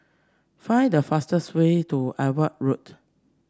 find the fastest way to Edgware Road